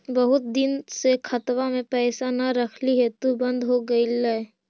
बहुत दिन से खतबा में पैसा न रखली हेतू बन्द हो गेलैय?